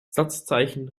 satzzeichen